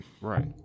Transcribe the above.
Right